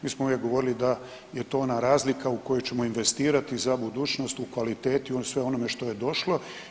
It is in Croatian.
Mi smo uvijek govorili da je to ona razlika u koje ćemo investirati za budućnost u kvaliteti, u svemu onome što je došlo.